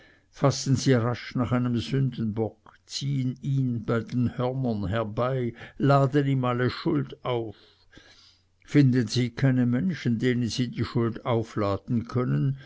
fassen sie rasch nach einem sündenbock ziehen ihn bei den hörnern herbei laden ihm alle schuld auf finden sie keine menschen denen sie die schuld aufladen können